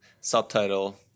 Subtitle